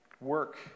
work